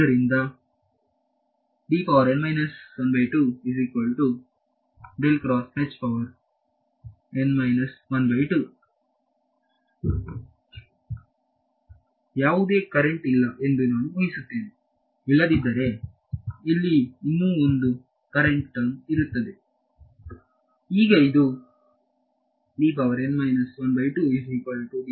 ಆದ್ದರಿಂದ ಯಾವುದೇ ಕರೆಂಟು ಇಲ್ಲ ಎಂದು ನಾನು ಊಹಿಸುತ್ತೇನೆ ಇಲ್ಲದಿದ್ದರೆ ಇಲ್ಲಿ ಇನ್ನೂ ಒಂದು ಕರೆಂಟು ಟರ್ಮ್ ಇರುತ್ತದೆ